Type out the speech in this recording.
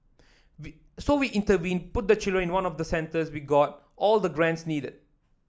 we so we intervened put the children in one of our centres we got all the grants needed